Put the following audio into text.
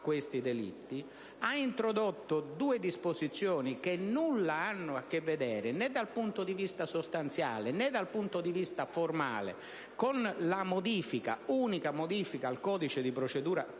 questi delitti ed ha introdotto due disposizioni che nulla hanno a che vedere, né dal punto di vista sostanziale, né da quello formale, con l'unica modifica al codice di procedura